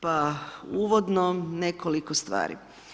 Pa uvodno nekoliko stvari.